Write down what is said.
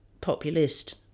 populist